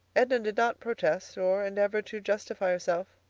edna did not protest or endeavor to justify herself.